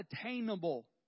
attainable